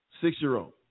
six-year-old